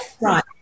Right